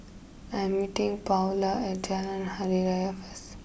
I'm meeting Paola at Jalan Hari Raya first